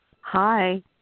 Hi